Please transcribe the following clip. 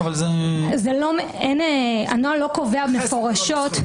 הנוהל לא קובע מפורשות.